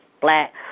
black